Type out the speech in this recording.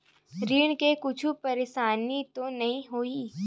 ऋण से कुछु परेशानी तो नहीं होही?